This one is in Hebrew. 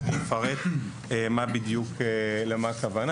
ואני אפרט למה הכוונה.